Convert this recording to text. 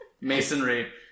Masonry